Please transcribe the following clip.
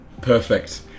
Perfect